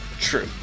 True